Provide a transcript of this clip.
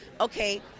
okay